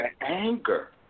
anger